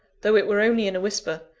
though it were only in a whisper,